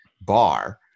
bar